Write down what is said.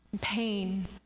pain